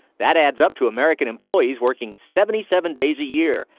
that adds up to american employees working seventy seven days a year,